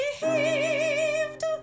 behaved